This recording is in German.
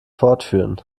fortführen